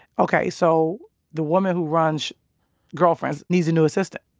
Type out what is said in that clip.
ok, so the woman who runs girlfriends needs a new assistant